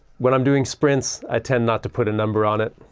when i'm doing sprints i tend not to put a number on it.